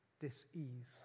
Dis-ease